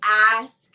ask